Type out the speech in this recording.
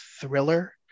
thriller